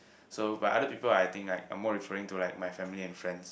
so by other people I think like I'm more referring to like my family and friends